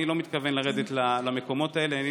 אני לא מתכוון לרדת למקומות האלה.